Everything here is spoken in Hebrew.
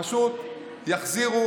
פשוט יחזירו,